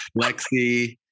Lexi